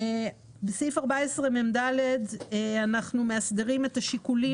בסעיף 14מד אנחנו מאסדרים מה השיקולים